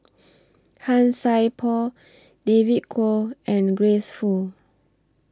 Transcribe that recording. Han Sai Por David Kwo and Grace Fu